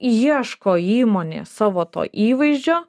ieško įmonė savo to įvaizdžio